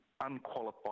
unqualified